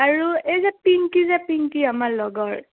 আৰু এই যে পিংকী যে পিংকী আমাৰ লগৰ